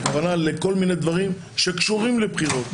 הכוונה לכל מיני דברים שקשורים לבחירות.